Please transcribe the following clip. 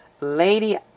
Lady